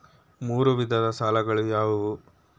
ಮೂರು ವಿಧದ ಸಾಲಗಳು ಯಾವುವು?